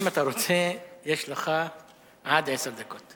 אם אתה רוצה, יש לך עד עשר דקות.